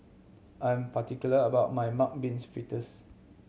I am particular about my mung beans fritters